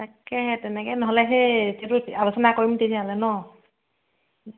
তাকে তেনেকে নহ'লে সেই সইটো আলোচনা কৰিম তেতিয়াহ'লে ন